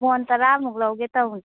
ꯃꯣꯟ ꯇꯔꯥꯃꯨꯛ ꯂꯧꯒꯦ ꯇꯧꯕꯅꯤ